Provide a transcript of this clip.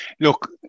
Look